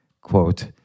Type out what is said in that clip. Quote